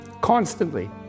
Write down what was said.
constantly